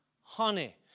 honey